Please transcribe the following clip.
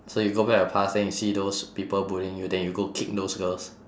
so you go back your past then you see those people bullying you then you go kick those girls